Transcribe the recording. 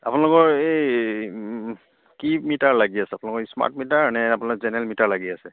আপোনালোকৰ এই কি মিটাৰ লাগি আছে আপোলোকৰ স্মাৰ্ট মিটাৰ নে আপোনাৰ জেনেৰেল মিটাৰ লাগি আছে